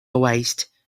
waist